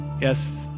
yes